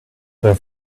their